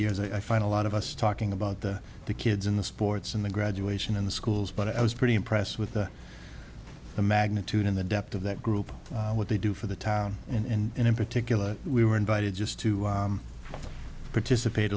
years i find a lot of us talking about the kids in the sports and the graduation in the schools but i was pretty impressed with the magnitude and the depth of that group and what they do for the town and in particular we were invited just to participate